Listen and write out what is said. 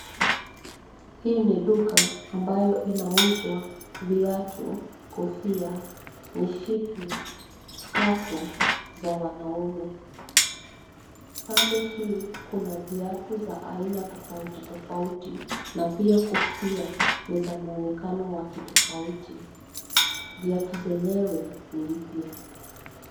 Hii ni duka ambayo inauzwa; viatu, kofia, mishipi, skafu za wanaume. Pande hii kuna viatu za aina tofauti, tofauti na pia kofia ni za mwonekano wa kitofauti. Viatu zenyewe ni mpya.